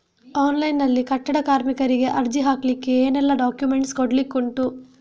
Online ನಲ್ಲಿ ಕಟ್ಟಡ ಕಾರ್ಮಿಕರಿಗೆ ಅರ್ಜಿ ಹಾಕ್ಲಿಕ್ಕೆ ಏನೆಲ್ಲಾ ಡಾಕ್ಯುಮೆಂಟ್ಸ್ ಕೊಡ್ಲಿಕುಂಟು?